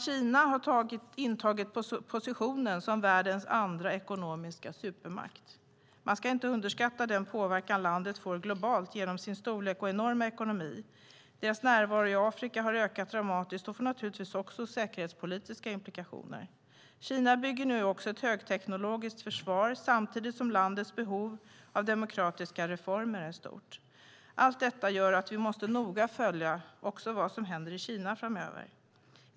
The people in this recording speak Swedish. Kina har intagit positionen som världens andra ekonomiska supermakt. Man ska inte underskatta den påverkan landet får globalt genom sin storlek och enorma ekonomi. Kinas närvaro i Afrika har ökat dramatiskt och får naturligtvis även säkerhetspolitiska implikationer. Kina bygger nu ett högteknologiskt försvar samtidigt som landets behov av demokratiska reformer är stort. Allt detta gör att vi noga måste följa vad som händer i Kina framöver.